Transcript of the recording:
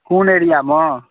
कोन एरियामे